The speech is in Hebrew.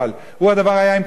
הוא הדבר עם קדאפי.